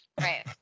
Right